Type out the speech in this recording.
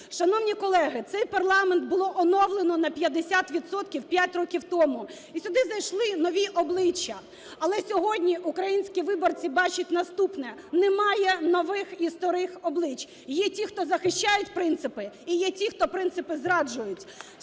Шановні колеги, цей парламент було оновлено на 50 відсотків 5 років тому, і сюди зайшли нові обличчя. Але сьогодні українські виборці бачать наступне: немає нових і старих облич, є ті, хто захищають принципи, і є ті, хто принципи зраджують.